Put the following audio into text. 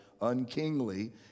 unkingly